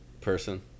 person